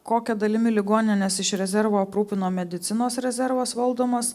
kokia dalimi ligonines iš rezervo aprūpino medicinos rezervas valdomas